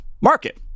market